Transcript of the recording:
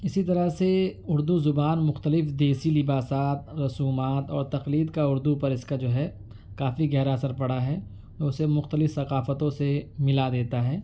اسی طرح سے اردو زبان مختلف دیسی لباسات رسومات اور تقلید کا اردو پر اس کا جو ہے کافی گہرا اثر پڑا ہے وہ اسے مختلف ثقافتوں سے ملا دیتا ہے